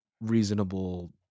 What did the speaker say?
reasonable